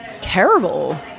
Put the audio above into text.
terrible